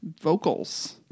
vocals